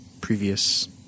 previous